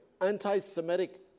anti-Semitic